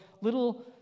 little